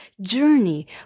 journey